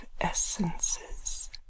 essences